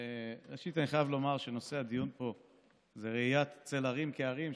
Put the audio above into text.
ראשית אני חייב לומר שנושא הדיון פה זה ראיית צל הרים כהרים,